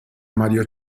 mario